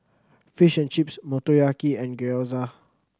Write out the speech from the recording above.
Fish and Chips Motoyaki and Gyoza